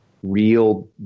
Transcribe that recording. real